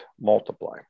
multiply